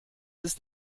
ist